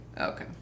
okay